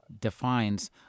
defines